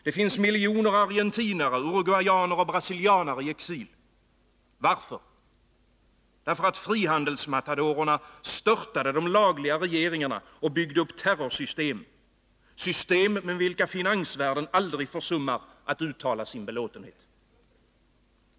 Det finns miljoner av argentinare, uruguayaner och brasilianare i exil. Varför? Därför att frihandelsmatadorerna störtade de lagliga regeringarna och byggde upp terrorsystem — system med vilka finansvärlden aldrig försummar att uttala sin belåtenhet.